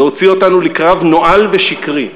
להוציא אותנו לקרב נואל ושקרי,